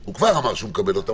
הוא כבר אמר שהוא מקבל אותם,